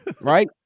right